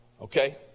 Okay